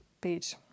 page